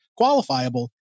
qualifiable